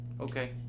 okay